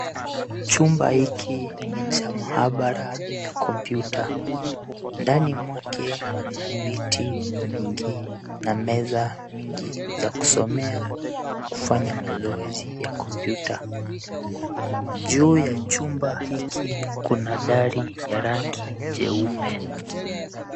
Chumba hiki ni cha maabara ya kompyuta. Ndani mwake mna viti mingi na meza mingi vya kusomea na kufanya mazoezi ya kompyuta. Juu ya chumba hiki, kuna dari ya rangi jeupe.